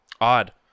odd